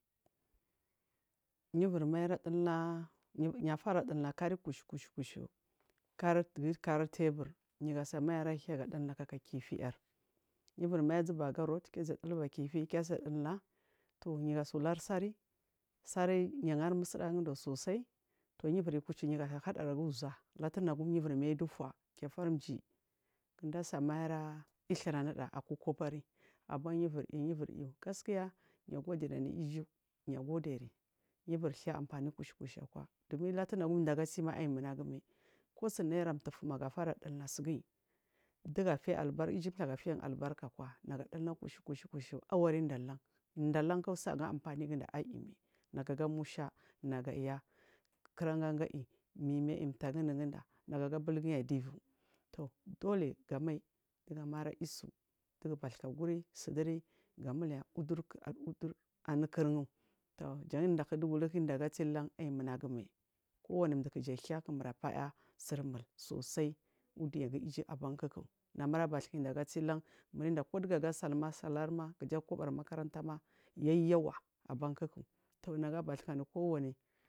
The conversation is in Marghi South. Nivuri muradulda yafaradulda kari kushu kushu kari dugu kari tiyabur jamaiyira hiyaga dulda kufiyi yiri niyu ivuri mai azu baga road nad kiya dulba kin ga dulda to yugasa lari sari sari yaga gari musdagu gunda sosai to yuvuri kutsu uza latuna nagum yu vuri mal dufa kiyufari mji kunda sa malla yikuranuda aku kobari abayuvuryu gaskiya niyu agodiri anu iju yadodiri yuvuri thuya amfan kushu kushu akwa daga tsima kosuri nama mtufu magu farari dulna dugu fiya albarka du iju fiya albarkakwa kosuri naira mtutu dulna suguya dugu afiya albarkakwa dugu adulna kushu kushu awarada lan indalanku ayugo ampani mai nagu aga musha nagu aya kura ganga aiyi mimi aiyi mtu aga unugunda nagu agabulguyu adivu toh doti arayisu digu bathuka guri suduri gamiliya suduri dur anukurun to jan daku dugunluku kuku daga tsilan aiyi munagu mai kowani mdu kuja hiya mara fa iya athiya sur mul sosai udunya ku namur bathikadaga tsilang murade kodugu aga salma salrama kuja kobari makaranta ma yayawa abanku to nagu abathukanu kowani.